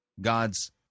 God's